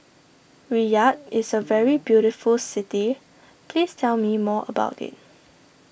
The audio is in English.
Riyadh is a very beautiful city please tell me more about it